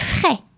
frais